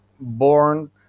born